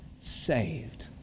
saved